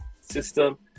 system